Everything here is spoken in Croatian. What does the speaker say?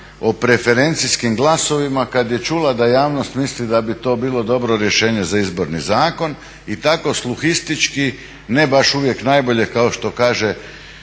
o preferencijskim glasovima kad je čula da javnost misli da bi to bilo dobro rješenje za izborni zakon i tako sluhistički, ne baš uvijek najbolje kao što kaže